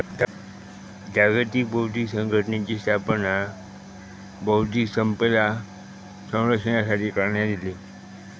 जागतिक बौध्दिक संपदा संघटनेची स्थापना बौध्दिक संपदा संरक्षणासाठी करण्यात इली